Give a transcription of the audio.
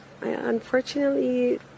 unfortunately